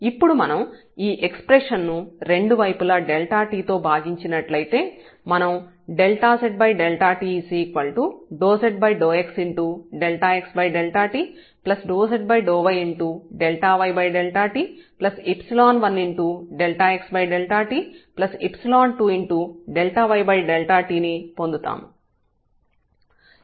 ఇప్పుడు మనం ఈ ఎక్స్ప్రెషన్ ను రెండు వైపులా ∆t తో భాగించినట్లయితే మనం zt ∂z∂xxt ∂z∂yyt 1xt 2yt ని పొందుతాము